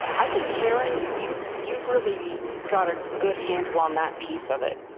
i think, karen, you've you've really got a good handle on that piece of it,